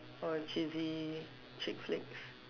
or cheesy chick flicks